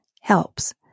helps